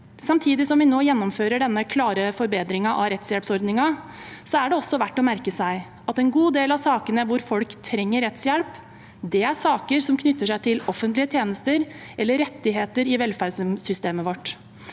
Samtidig som vi nå gjennomfører denne klare forbedringen av rettshjelpsordningen, er det verdt å merke seg at en god del av sakene hvor folk trenger rettshjelp, er saker som knytter seg til offentlige tjenester eller rettigheter i velferdssystemet vårt.